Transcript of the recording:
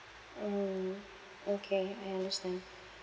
um okay I understand